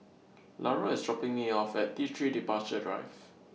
Lara IS dropping Me off At T three Departure Drive